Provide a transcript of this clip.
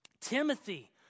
Timothy